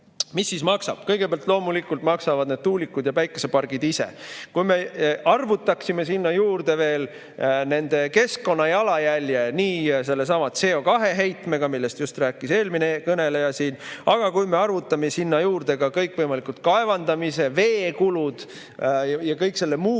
Mis siis maksab? Kõigepealt loomulikult maksavad need tuulikud ja päikesepargid ise. Kui me arvutaksime sinna juurde veel nende keskkonnajalajälje, näiteks sellesama CO2‑heitme, millest rääkis siin eelmine kõneleja, ja kui me arvutame sinna juurde ka kõikvõimalikud kaevandamise ja veekulud ja kõik selle muu kulu,